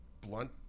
blunt